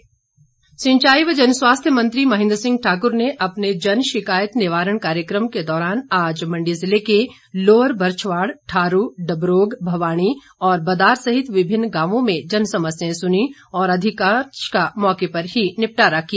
महें द्र सिंह सिंचाई व जनस्वास्थ्य मंत्री महेंद्र सिंह ठाकुर ने अपने जनशिकायत निवारण कार्यक्रम के दौरान आज मंडी जिले के लोअर बरच्छवाड़ ठारू डबरोग भवाणी और बदार सहित विभिन्न गांवों में जन समस्याएं सुनी और अधिकतर का मौके पर ही निपटारा किया